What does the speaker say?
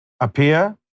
appear